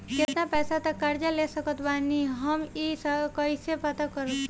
केतना पैसा तक कर्जा ले सकत बानी हम ई कइसे पता कर पाएम?